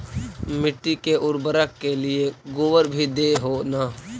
मिट्टी के उर्बरक के लिये गोबर भी दे हो न?